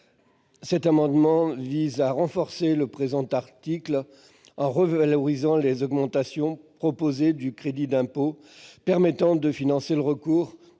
Cet amendement vise à renforcer le présent article en revalorisant les augmentations proposées du crédit d'impôt permettant de financer le recours